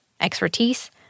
expertise